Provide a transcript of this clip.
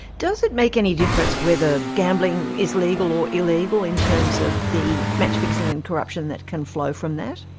does it make any difference whether gambling is legal or illegal in terms of the match-fixing and corruption that can flow from that?